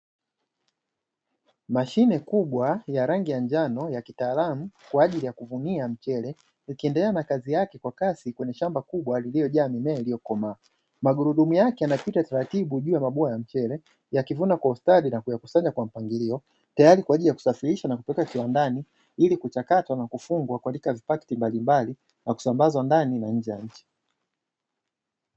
Mashine kubwa ya rangi ya njano ya kitaalamu, kwa ajili ya kuvunia mchele ikiendelea na kazi yake kwa kasi kwa shamba kubwa lililojaa mimea iliyokomaa. Magurudumu yake yanapita taratibu juu ya mabua ya mchele, yakivunwa kwa ustadi na kuyakusanya kwa mpangilio, tayari kwajili ya kusafirishwa na kupelekwa viwandani, ili kuchakatwa na kufungwa na kuzipakia kwenye paketi mbalimbali na kusambazwa ndani na nje ya nchi.